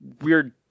weird